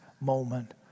moment